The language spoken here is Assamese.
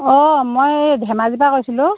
অ' মই এই ধেমাজি পৰা কৈছিলোঁ